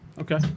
Okay